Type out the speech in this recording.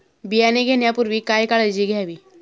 बियाणे घेण्यापूर्वी काय काळजी घ्यावी?